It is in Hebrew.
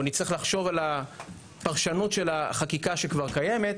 לחשוב על הפרשנות של החקיקה שכבר קיימת,